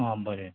आं बरें